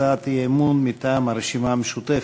הצעת אי-אמון מטעם הרשימה המשותפת.